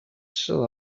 shall